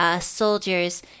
soldiers